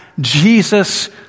Jesus